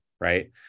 right